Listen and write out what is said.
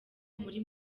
muri